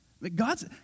God's